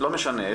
לא משנה.